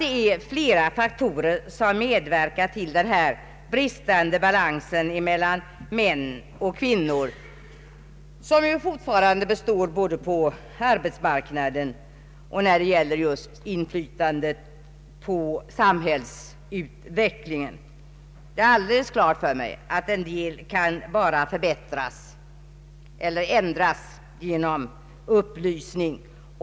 Det är flera faktorer som medverkar till den bristande balansen mellan män och kvinnor, som ju fortfarande består både på arbetsmarknaden och när det gäller inflytandet över samhällsutvecklingen. Jag har alldeles klart för mig att en del förhållanden kan ändras endast genom upplysning.